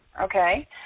Okay